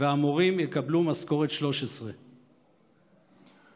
והמורים יקבלו משכורת 13. תודה.